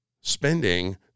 spending